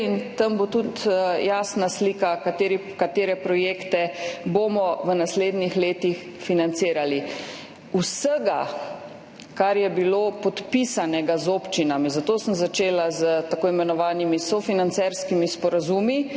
in tam bo tudi jasna slika, katere projekte bomo v naslednjih letih financirali. Vsega, kar je bilo podpisanega z občinami, zato sem začela s tako imenovanimi sofinancerskimi sporazumi,